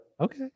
okay